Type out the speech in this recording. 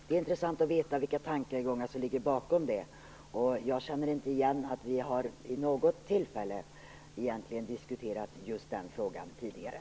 Det är intressant att veta vilka tankegångar som ligger bakom detta. Jag känner inte igen att vi vid något tillfälle har diskuterat just den frågan tidigare.